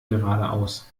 geradeaus